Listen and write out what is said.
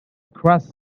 crush